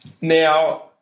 Now